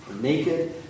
naked